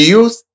use